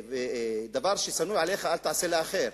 דבר ששנוא עליך אל תעשה לאחר.